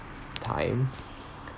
time